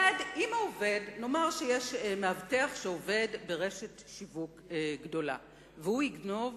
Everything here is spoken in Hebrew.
סעיף 24. נאמר שיש מאבטח שעובד ברשת שיווק גדולה והוא יגנוב